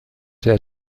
der